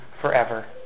forever